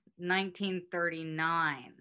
1939